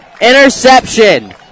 Interception